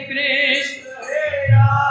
Krishna